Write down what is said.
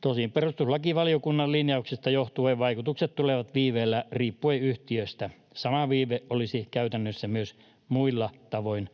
Tosin perustuslakivaliokunnan linjauksista johtuen vaikutukset tulevat viiveellä riippuen yhtiöstä. Sama viive olisi käytännössä myös muilla tavoin